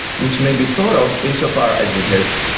which may be thought of insofar as it has.